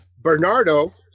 Bernardo